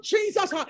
Jesus